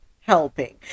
helping